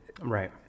right